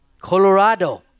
Colorado